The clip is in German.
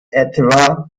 etwa